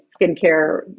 skincare